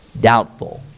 doubtful